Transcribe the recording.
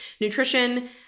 nutrition